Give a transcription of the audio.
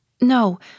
No